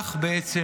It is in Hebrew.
וכך בעצם,